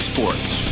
Sports